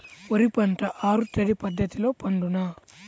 వరి పంట ఆరు తడి పద్ధతిలో పండునా?